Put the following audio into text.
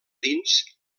dins